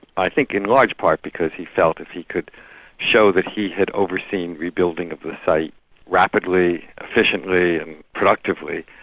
i think in large part because he felt if he could show that he had overseen rebuilding of the site rapidly, efficiently and productively,